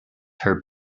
her